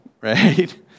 right